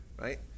Right